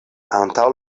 antaŭ